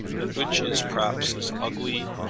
and which is perhaps as ugly,